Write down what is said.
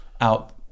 out